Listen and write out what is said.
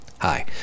Hi